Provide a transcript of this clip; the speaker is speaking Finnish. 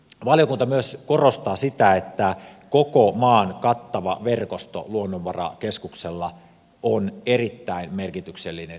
valiokunta myös korostaa sitä että koko maan kattava verkosto luonnonvarakeskuksella on erittäin merkityksellinen ja tärkeä